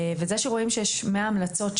זה שרואים שיש כ-100 המלצות,